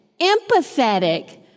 empathetic